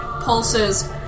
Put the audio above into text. pulses